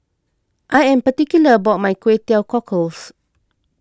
I am particular about my Kway Teow Cockles